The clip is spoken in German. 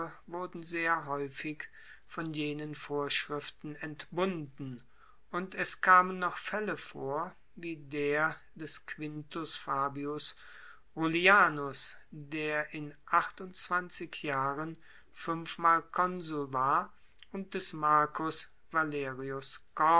wurden sehr haeufig von jenen vorschriften entbunden und es kamen noch faelle vor wie der des quintus fabius rullianus der in achtundzwanzig jahren fuenfmal konsul war und des marcus valerius